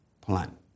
plan